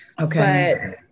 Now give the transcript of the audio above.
Okay